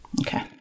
Okay